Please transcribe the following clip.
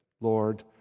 Lord